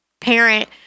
parent